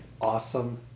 awesome